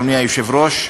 אדוני היושב-ראש,